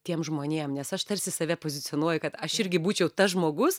tiem žmonėm nes aš tarsi save pozicionuoju kad aš irgi būčiau tas žmogus